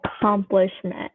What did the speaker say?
accomplishment